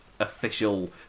Official